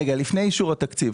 רגע, לפני אישור התקציב.